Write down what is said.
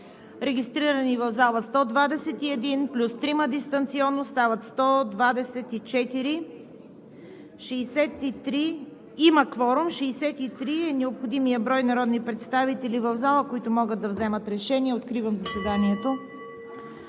Регистрирани в залата 121 плюс 3 дистанционно – стават 124. Има кворум – 63 е необходимият брой народни представители в залата, които могат да вземат решение. Откривам заседанието.